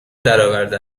درآورده